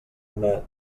una